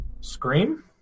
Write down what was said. Scream